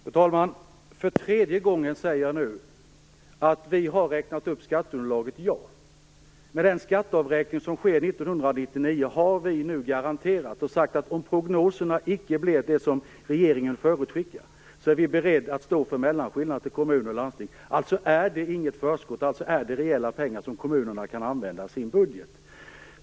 Fru talman! För tredje gången säger jag nu att vi har räknat upp skatteunderlaget. Med den skatteavräkning som sker 1999 har vi nu garanterat att om de prognoser som regeringen förutskickat inte slår in, är vi beredda att stå för mellanskillnaden för kommuner och landsting. Alltså är det inte fråga om något förskott utan om reella pengar, som kommunerna kan använda i sin budget.